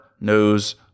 knows